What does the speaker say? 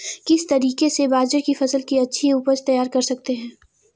किस तरीके से बाजरे की फसल की अच्छी उपज तैयार कर सकते हैं?